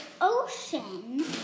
ocean